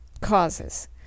causes